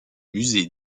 musée